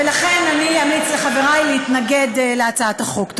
ולכן אני אמליץ לחברי להתנגד להצעת החוק.